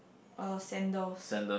uh sandals